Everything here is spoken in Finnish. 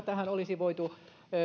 tähän olisi voitu